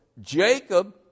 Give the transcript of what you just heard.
Jacob